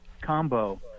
combo